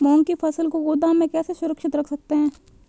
मूंग की फसल को गोदाम में कैसे सुरक्षित रख सकते हैं?